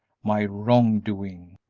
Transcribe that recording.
my wrong-doing.